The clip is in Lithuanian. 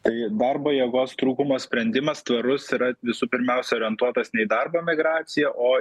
tai darbo jėgos trūkumo sprendimas tvarus yra visų pirmiausia orientuotas ne į darbo migraciją o